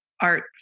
art